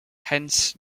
hence